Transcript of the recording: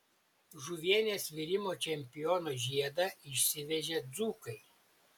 žuvienės virimo čempiono žiedą išsivežė dzūkai